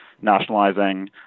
nationalizing